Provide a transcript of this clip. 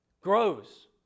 grows